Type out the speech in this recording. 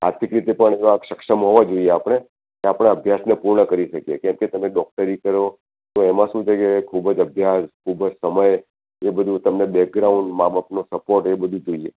આર્થિક રીતે પણ એવા સક્ષમ હોવા જોઈએ આપણે કે આપણે અભ્યાસને પૂર્ણ કરી શકીએ કેમ કે તમે ડોક્ટરી કરો તો એમાં શું છે કે ખૂબ જ અભ્યાસ ખૂબ જ સમય એ બધુ તમને બેકગ્રાઉન્ડ મા બાપનો સપોર્ટ એ બધું જોઈએ